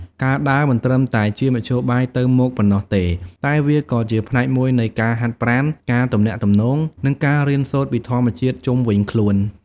ការដើរមិនត្រឹមតែជាមធ្យោបាយទៅមកប៉ុណ្ណោះទេ តែវាក៏ជាផ្នែកមួយនៃការហាត់ប្រាណ ការទំនាក់ទំនង និងការរៀនសូត្រពីធម្មជាតិជុំវិញខ្លួន។